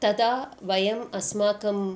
तदा वयम् अस्माकम्